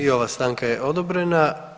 I ova stanka je odobrena.